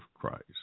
christ